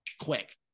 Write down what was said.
quick